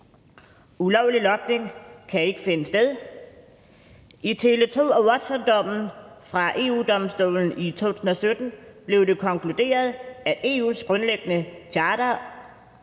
Ulovlig logning kan ikke finde sted. I Tele2/Watson-dommen fra EU-domstolen i 2017 blev det konkluderet, at EU's grundlæggende charter